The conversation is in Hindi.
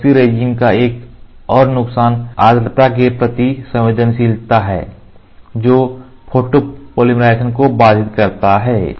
ऐपोक्सी रेजिन का एक और नुकसान आर्द्रता के प्रति संवेदनशीलता है जो पॉलीमराइज़ेशन को बाधित कर सकता है